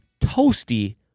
toasty